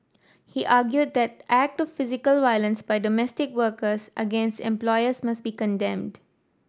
he argued that act of physical violence by domestic workers against employers must be condemned